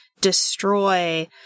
destroy